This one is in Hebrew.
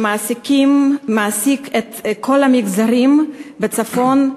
שמעסיק את כל המגזרים בצפון,